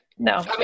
No